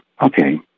Okay